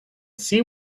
see